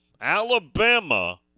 Alabama